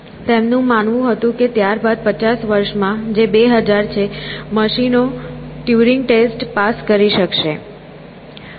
તેમનું માનવું હતું કે ત્યારબાદ 50 વર્ષમાં જે 2000 છે મશીનો ટ્યુરિંગ ટેસ્ટ પાસ કરી શકશે